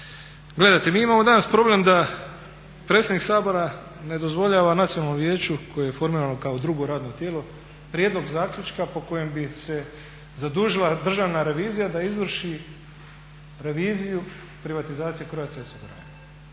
gledajte mi imamo danas problem da predsjednik Sabora ne dozvoljava Nacionalnom vijeću koje je formirano kao drugo radno tijelo prijedlog zaključka po kojem bi se zadužila Državna revizija da izvrši reviziju privatizacije Croatia osiguranja.